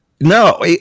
No